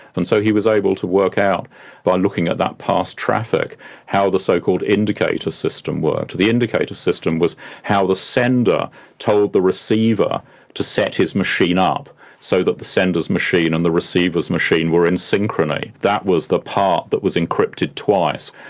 and so he was able to work out by looking at that past traffic how the so-called indicator system worked. the indicator system was how the sender told the receiver to set his machine up so that the sender's machine and the receiver's machine were in synchrony. that was the part that was encrypted twice,